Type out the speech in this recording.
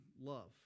love